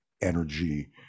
energy